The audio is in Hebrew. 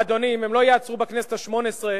אדוני, אם הם לא ייעצרו בכנסת השמונה-עשרה,